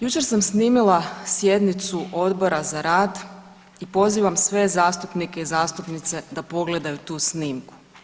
Jučer sam snimila sjednicu Odbora za rad i pozivam sve zastupnike i zastupnice da pogledaju tu snimku.